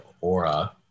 Aura